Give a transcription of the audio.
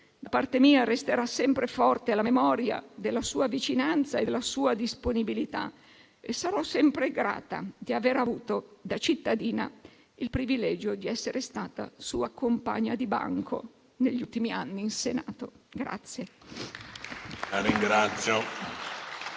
Da parte mia, resterà sempre forte la memoria della sua vicinanza e della sua disponibilità e sarò sempre grata di aver avuto, da cittadina, il privilegio di essere stata sua compagna di banco negli ultimi anni in Senato.